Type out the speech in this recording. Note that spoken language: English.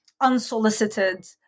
unsolicited